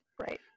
right